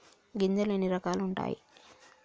గింజలు ఎన్ని రకాలు ఉంటాయి?